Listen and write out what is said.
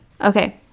okay